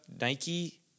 Nike